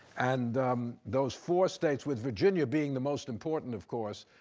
and those four states, with virginia being the most important, of course,